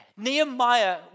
Nehemiah